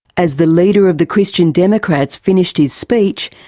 as the leader of the christian democrats finished his speech,